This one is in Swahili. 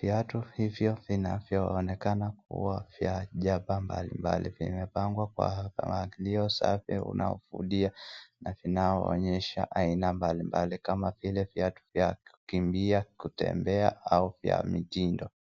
Viatu hivyo vinavyoonekana kuwa vya jamba mbalimbali vimepangwa kwa mpangilio safi unaovutia na vinavyoonyesha mbali mbali kama vile viatu vya kukimbia, kutembea au vya mitindo.